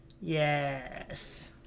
Yes